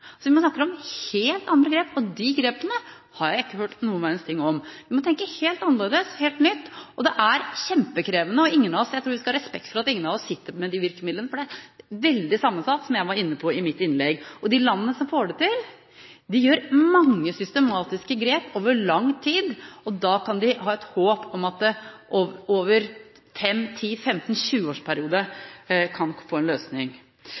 så mye penger. Så man snakker om helt andre grep, og de grepene har jeg ikke hørt noen verdens ting om. Man må tenke helt annerledes, helt nytt. Det er kjempekrevende. Jeg tror vi skal ha respekt for at ingen av oss sitter med de virkemidlene, for dette er veldig sammensatt, som jeg var inne på i mitt innlegg. De landene som får det til, gjør mange systematiske grep over lang tid. Da kan de ha et håp om at de over en periode på 5–10–15–20 år kan få en løsning.